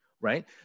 right